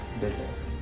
business